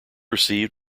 received